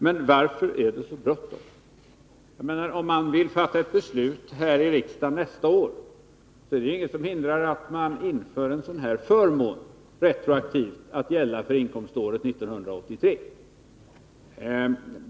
Men varför är det så bråttom? Om man vill fatta beslut här i riksdagen nästa år är det inget som förhindrar att man inför en dylik förmån retroaktivt, att gälla för inkomståret 1983.